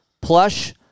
plush